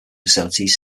facilities